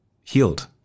Healed